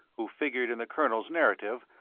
who figured in the colonel's narrative,